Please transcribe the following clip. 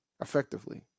effectively